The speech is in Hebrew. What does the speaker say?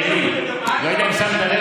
יודע אם שמת לב,